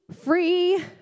free